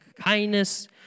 kindness